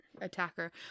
attacker